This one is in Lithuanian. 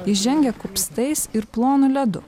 įžengę kupstais ir plonu ledu